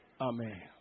Amen